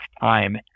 time